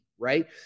Right